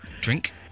Drink